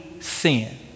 sin